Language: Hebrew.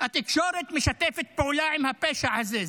התקשורת משתפת פעולה עם הפשע הזה.